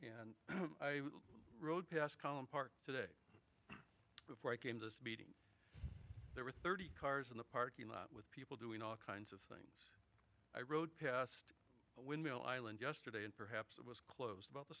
and i rode past college park today before i came to this meeting there were thirty cars in the parking lot with people doing all kinds of things i rode past a windmill island yesterday and perhaps it was closed